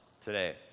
today